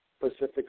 Pacific